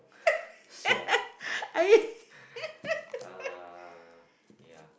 siong uh yeah